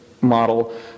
model